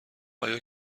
آیا